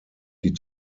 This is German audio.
die